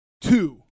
two